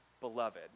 beloved